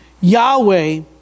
Yahweh